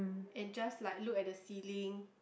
and just like look at the ceiling